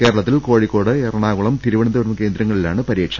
കേരളത്തിൽ കോഴിക്കോട് എറ ണാകുളം തിരുവനന്തപുരം കേന്ദ്രങ്ങളിലാണ് പരീക്ഷ